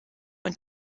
und